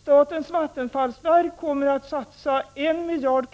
Statens vattenfallsverk kommer att satsa 1 miljard